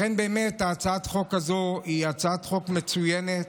לכן הצעת החוק הזו היא הצעת חוק מצוינת,